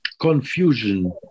confusion